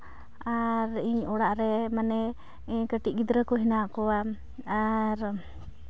ᱟᱨ ᱤᱧ ᱚᱲᱟᱜ ᱨᱮ ᱢᱟᱱᱮ ᱠᱟᱹᱴᱤᱡ ᱜᱤᱫᱽᱨᱟᱹ ᱠᱚ ᱦᱮᱱᱟᱜ ᱠᱚᱣᱟ ᱟᱨ